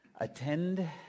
attend